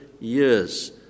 years